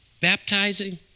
Baptizing